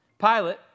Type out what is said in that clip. Pilate